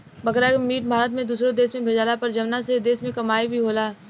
बकरा के मीट भारत से दुसरो देश में भेजाला पर जवना से देश के कमाई भी होला